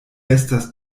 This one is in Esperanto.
estas